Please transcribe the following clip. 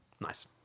nice